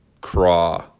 Craw